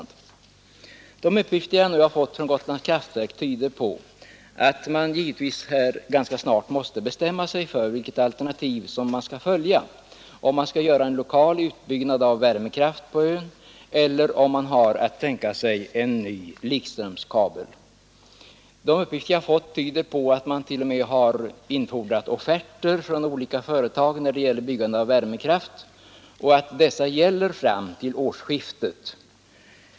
De uppgifter jag nu har fått från Gotlands kraftverk tyder på att man ganska snart måste bestämma sig för vilket alternativ man skall följa: om man skall göra en lokal utbyggnad av värmekraft på ön eller om man har att tänka sig en ny likströmskabel. Man har t.o.m. infordrat offerter från olika företag när det gäller utbyggnad av värmekraft, och dessa gäller fram till årsskiftet.